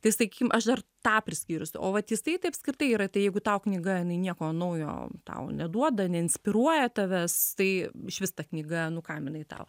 tai sakykim aš dar tą priskyrusi o vat jisai tai apskritai yra tai jeigu tau knyga jinai nieko naujo tau neduoda neinspiruoja tavęs tai išvis ta knyga nu kam jinai tau